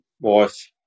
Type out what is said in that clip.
wife